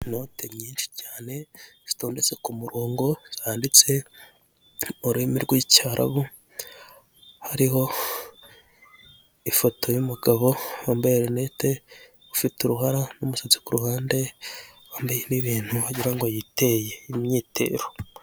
Inote nyinshi cyane, zitondetse ku murongo, zanditse mu rurimi rw'Icyarabu, hariho ifoto y'umugabo wambaye rinete, ufite uruhara n'umusatsi ku ruhande, wambaye n'ibintu wagira ngo yiteye. Imyitero.